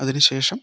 അതിനുശേഷം